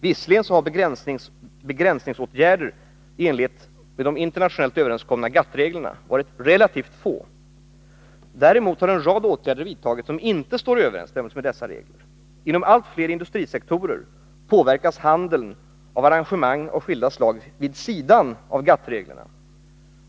Visserligen har begränsningsåtgärder i enlighet med de internationellt överenskomna GATT-reglerna varit relativt få, men däremot har en rad åtgärder vidtagits som inte står i överensstämmelse med dessa regler. Inom allt fler industrisektorer påverkas handeln av arrangemang av skilda slag vid sidan av GATT-reglerna.